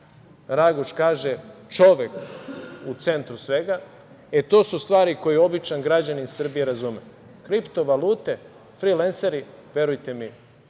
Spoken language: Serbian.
Raguš kaže – čovek u centru svega, e to su stvari koje običan građani Srbije razume. Kriptovalute, frilenseri, verujte mi,